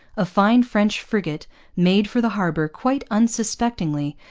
a fine french frigate made for the harbour quite unsuspectingly,